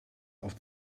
auf